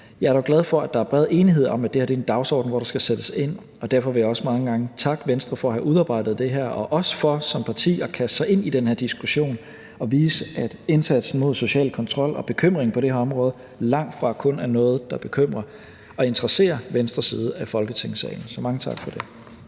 Jeg er dog glad for, at der er bred enighed om, at det her er en dagsorden, hvor der skal sættes ind, og derfor vil jeg også gerne takke Venstre mange gange for at have udarbejdet det her og også for som parti at kaste sig ind i den her diskussion og vise, at indsatsen mod social kontrol og bekymringen på det her område langtfra kun er noget, der bekymrer og interesserer venstre side af Folketingssalen. Så mange tak for det.